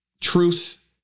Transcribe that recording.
truth